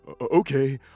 Okay